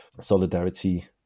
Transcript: solidarity